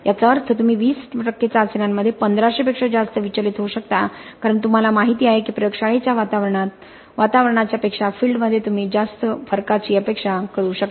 याचा अर्थ तुम्ही 20 टक्के चाचण्यांमध्ये 1500 पेक्षा जास्त विचलित होऊ शकता कारण तुम्हाला माहिती आहे की प्रयोगशाळेच्या वातावरणात पेक्षा फील्डमध्ये तुम्ही खूप जास्त फरकाची अपेक्षा करू शकता